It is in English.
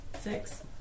Six